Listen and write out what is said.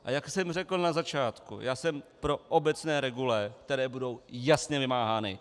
A jak jsem řekl na začátku, já jsem pro obecné regule, které budou jasně vymáhány.